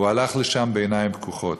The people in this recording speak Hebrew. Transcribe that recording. והוא הלך לשם בעיניים פקוחות,